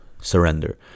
surrender